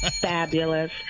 fabulous